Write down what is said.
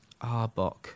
Arbok